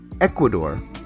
Ecuador